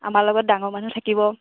আমাৰ লগত ডাঙৰ মানুহ থাকিব